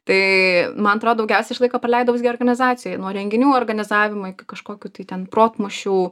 tai man atro daugiausiai aš laiko praleidau visgi organizacijoj nuo renginių organizavimo iki kažkokių tai ten protmūšių